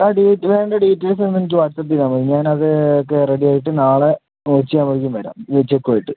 ആ D T ആറിൻ്റ details ന് എനിക്ക് വാട്ട്സ്ആപ്പ് ചെയ്യാമോ ഞാൻ അത് ഒക്ക റെഡി ആയിട്ട് നാളെ ഉച്ച ആകുമ്പോഴേക്കും വരാം ഈ ചെക്കും ആയിട്ട്